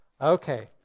Okay